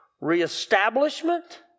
reestablishment